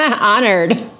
Honored